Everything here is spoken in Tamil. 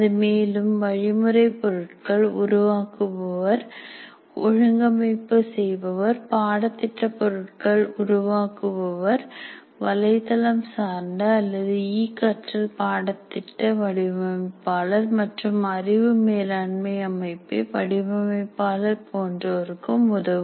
அது மேலும் வழிமுறை பொருட்கள் உருவாக்குபவர் ஒழுங்கமைப்பு செய்பவர் பாடத்திட்ட பொருள்கள் உருவாக்குபவர் வலைதளம் சார்ந்த அல்லது இ கற்றல் பாடத்திட்ட வடிவமைப்பாளர் மற்றும் அறிவு மேலாண்மை அமைப்பை வடிவமைப்பாளர் போன்றோருக்கும் உதவும்